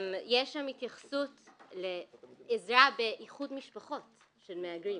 יש שם התייחסות לעזרה באיחוד משפחות של מהגרים,